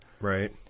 Right